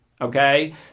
Okay